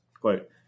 quote